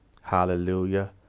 Hallelujah